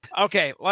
Okay